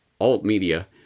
alt-media